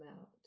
out